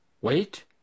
Wait